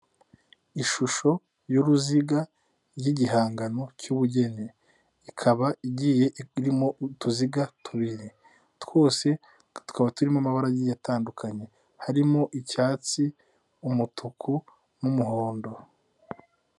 Ishusho y'uruziga y'igihangano cy'ubugeni. Ikaba igiye irimo utuziga tubiri. Twose tukaba turimo amabara agiye atandukanye. Harimo icyatsi, umutuku n'umuhondo.